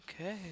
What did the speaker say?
Okay